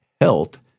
health